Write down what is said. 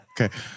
Okay